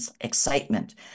excitement